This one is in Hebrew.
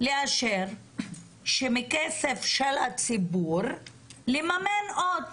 לאשר שמכסף של הציבור לממן עוד